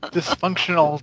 Dysfunctional